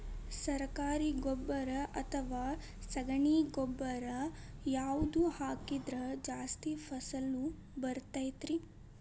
ಸರಕಾರಿ ಗೊಬ್ಬರ ಅಥವಾ ಸಗಣಿ ಗೊಬ್ಬರ ಯಾವ್ದು ಹಾಕಿದ್ರ ಜಾಸ್ತಿ ಫಸಲು ಬರತೈತ್ರಿ?